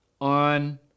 on